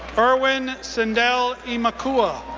irwin cindell emakoua,